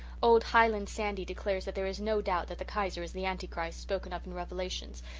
old highland sandy declares that there is no doubt that the kaiser is the anti-christ spoken of and revelations,